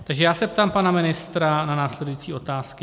Takže já se ptám pana ministra na následující otázky.